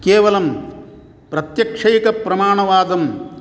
केवलं प्रत्यक्षैकप्रमाणवादं